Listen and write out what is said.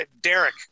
Derek